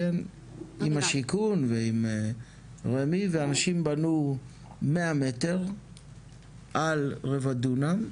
השיכון ועם רמ"י ואנשים בנו 100 מ"ר על רבע דונם,